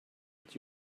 but